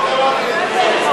לא קראתי, אל תשים לי דברים בפה.